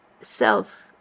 self